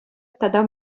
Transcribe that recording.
тата